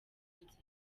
hanze